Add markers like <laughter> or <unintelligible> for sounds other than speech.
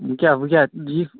وۅنۍ کیٛاہ وۅنۍ کیٛاہ <unintelligible>